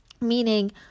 meaning